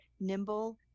nimble